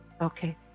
Okay